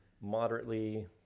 moderately